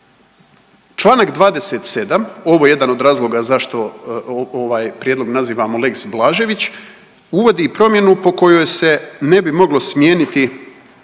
Čl. 27, ovo je jedan od razloga zašto ovaj Prijedlog nazivamo lex Blažević, uvodi promjenu po kojoj se ne bi moglo smijeniti,